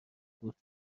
بود